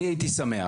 אני הייתי שמח,